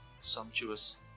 sumptuous